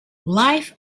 life